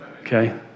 Okay